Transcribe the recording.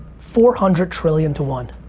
four hundred trillion to one.